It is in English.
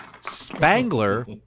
Spangler